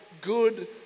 good